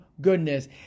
goodness